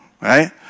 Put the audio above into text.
right